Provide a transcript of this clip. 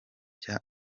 cya